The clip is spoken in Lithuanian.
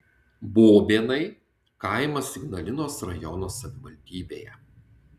bobėnai kaimas ignalinos rajono savivaldybėje